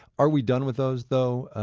are we done with those though,